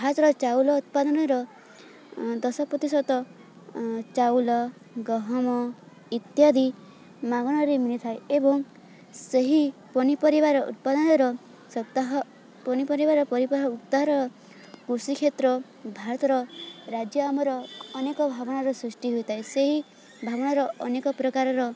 ଭାରତର ଚାଉଳ ଉତ୍ପାଦନର ଦଶପତିଶତ ଚାଉଲ ଗହମ ଇତ୍ୟାଦି ମାଗଣାରେ ମିଳିଥାଏ ଏବଂ ସେହି ପନିପରିବାର ଉତ୍ପାଦନର ସପ୍ତାହ ପନିପରିବାର କୃଷିକ୍ଷେତ୍ର ଭାରତର ରାଜ୍ୟ ଆମର ଅନେକ ଭାବନାର ସୃଷ୍ଟି ହୋଇଥାଏ ସେହି ଭାବନାର ଅନେକ ପ୍ରକାରର